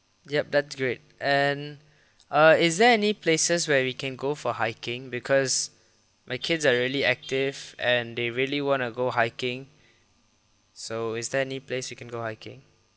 yup that's great and uh is there any places where we can go for hiking because my kids are really active and they really wanna go hiking so is there any place you can go hiking